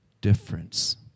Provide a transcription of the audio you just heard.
difference